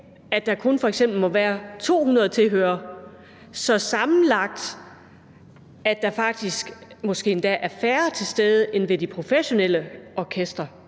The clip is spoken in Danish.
at der f.eks. kun må være 200 tilhørere, så der sammenlagt måske endda er færre til stede, end der er ved de professionelle orkestre.